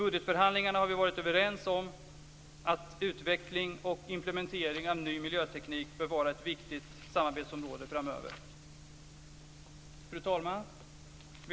I budgetförhandlingarna har vi varit överens om att utveckling och inplementering av ny miljöteknik bör vara ett viktigt samarbetsområde framöver. Fru talman!